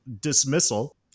dismissal